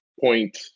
point